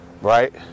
right